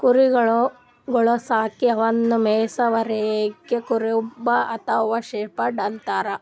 ಕುರಿಗೊಳ್ ಸಾಕಿ ಅವನ್ನಾ ಮೆಯ್ಸವರಿಗ್ ಕುರುಬ ಅಥವಾ ಶೆಫರ್ಡ್ ಅಂತಾರ್